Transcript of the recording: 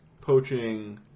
poaching